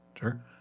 sure